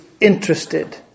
interested